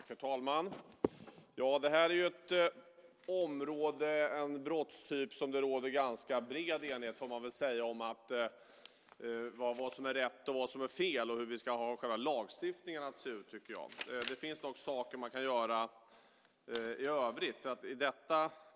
Herr talman! Det här är ju ett område, en brottstyp, där det råder ganska bred enighet om, får man väl säga, vad som är rätt och vad som är fel och hur själva lagstiftningen ska se ut. Det finns dock saker man kan göra i övrigt.